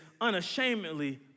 unashamedly